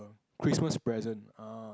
Christmas present ah